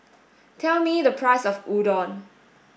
tell me the price of Udon